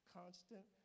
constant